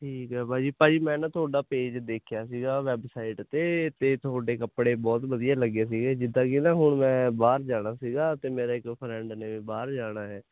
ਠੀਕ ਹੈ ਭਾਅ ਜੀ ਭਾਅ ਜੀ ਮੈ ਨਾ ਤੁਹਾਡਾ ਪੇਜ ਦੇਖਿਆ ਸੀਗਾ ਵੈਬਸਾਈਟ 'ਤੇ ਤੇ ਤੁਹਾਡੇ ਕੱਪੜੇ ਬਹੁਤ ਵਧੀਆ ਲੱਗੇ ਸੀਗੇ ਜਿੱਦਾਂ ਕੀ ਨਾ ਹੁਣ ਮੈਂ ਬਾਹਰ ਜਾਣਾ ਸੀਗਾ ਤੇ ਮੇਰਾ ਇੱਕ ਫਰੈਂਡ ਨੇ ਵੀ ਬਾਹਰ ਜਾਣਾ ਹੈ